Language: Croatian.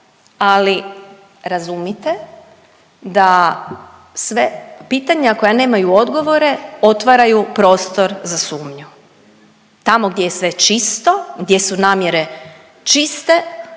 ali razumite da sve pitanja koja nemaju odgovore otvaraju prostor za sumnju. Tamo gdje je sve čisto, gdje su namjere čiste,